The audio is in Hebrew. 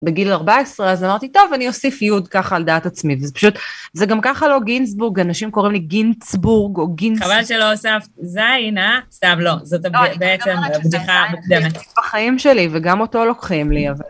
בגיל 14 אז אמרתי טוב אני אוסיף יוד ככה על דעת עצמי וזה פשוט זה גם ככה לא גינסבורג אנשים קוראים לי גינצבורג או גינ..., חבל שלא הוספת זין אה סתם לא, זאת בעצם בדיחה מקדומת, זה... בחיים שלי וגם אותו לוקחים לי.